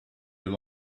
you